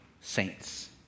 saints